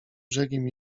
brzegiem